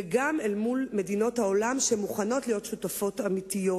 וגם אל מול מדינות העולם שמוכנות להיות שותפות אמיתיות.